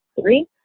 three